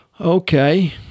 Okay